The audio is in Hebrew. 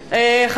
מפריע.